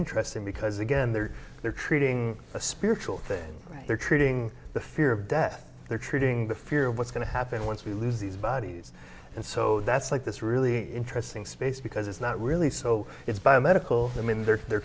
interesting because again they're they're treating a spiritual thing right they're treating the fear of death they're treating the fear of what's going to happen once we lose these bodies and so that's like this really interesting space because it's not really so it's by medical i mean they're they're